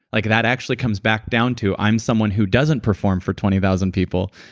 like, that actually comes back down to i'm someone who doesn't perform for twenty thousand people,